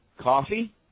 Coffee